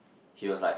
he was like